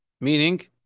Meaning